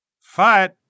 Fight